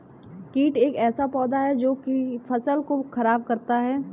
कीट एक ऐसा पौधा है जो की फसल को खराब करता है